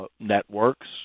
networks